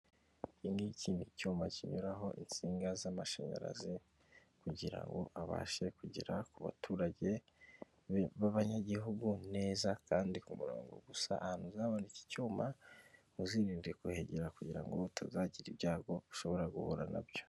Iki ngiki ni icyuma kinyuraho insinga z'amashanyarazi kugirango abashe kugera ku baturage b'abanyagihugu neza kandi ku murongo, gusa ahantu uzabona iki cyuma uzirinde kuhagera kugira ngo utazagira ibyago ushobora guhura nabyo.